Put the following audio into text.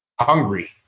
hungry